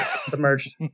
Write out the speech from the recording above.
Submerged